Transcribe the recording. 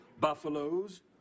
Buffaloes